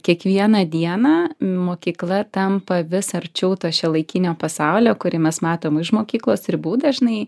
kiekvieną dieną mokykla tampa vis arčiau to šiuolaikinio pasaulio kurį mes matom už mokyklos ribų dažnai